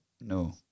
No